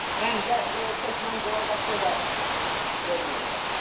and, that, where it says young girl, that's where that lady laid down.